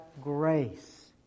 grace